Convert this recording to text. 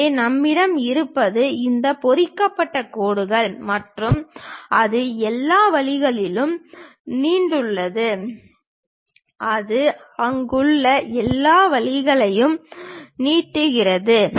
எனவே நம்மிடம் இருப்பது இந்த பொறிக்கப்பட்ட கோடுகள் மற்றும் அது எல்லா வழிகளிலும் நீண்டுள்ளது அது அங்குள்ள எல்லா வழிகளையும் நீட்டிக்கிறது